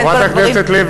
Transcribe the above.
חברת הכנסת לוי,